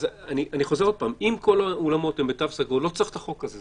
אז אם כל האולמות בתו סגול לא צריך את החוק הזה.